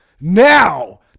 now